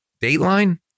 Dateline